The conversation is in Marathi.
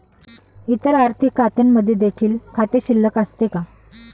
इतर आर्थिक खात्यांमध्ये देखील खाते शिल्लक असते का?